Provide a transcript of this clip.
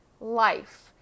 life